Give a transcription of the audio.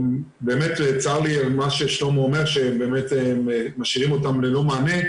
באמת צר לי על מה ששלמה אומר שהם באמת משאירים אותם ללא מענה,